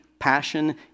passion